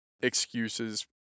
excuses